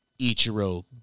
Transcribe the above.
Ichiro